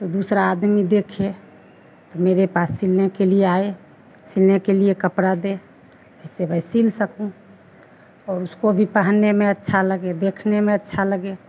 तो दूसरा आदमी देखे मेरे पास सिलने के लिए आए सिले के लिए कपड़ा दे जिससे मैं सिल सकूँ और उसको भी पहनने में अच्छा लगे देखने में अच्छा लगे